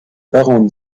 parents